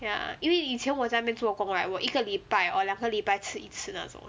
ya 因为以前我在那边做工 right 我一个礼拜 or 两个礼拜吃一次那种